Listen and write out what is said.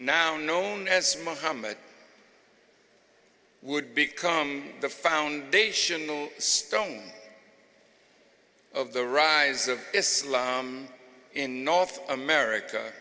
now known as mohamed would become the foundation stone of the rise of islam in north america